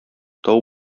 тау